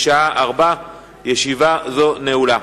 בשעה 16:00. ישיבה זו נעולה.